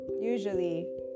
usually